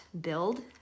build